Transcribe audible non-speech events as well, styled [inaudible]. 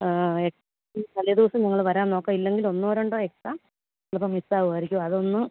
[unintelligible] തലേ ദിവസം ഞങ്ങൾ വരാൻ നോക്കാം ഇല്ലെങ്കിൽ ഒന്നോ രണ്ടോ എക്സാം ചെലപ്പം മിസ്സാകുമായിരിക്കും അതൊന്ന്